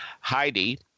Heidi